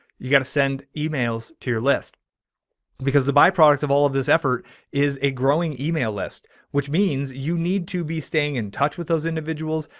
you got to send emails to your list because the byproduct of all of this effort is a growing email list, which means you need to be staying in touch with those individuals.